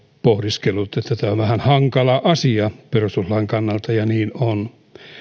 pohdiskellut että tämä on vähän hankala asia perustuslain kannalta ja niin on